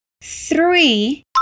three